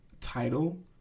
title